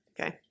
Okay